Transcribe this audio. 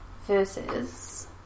versus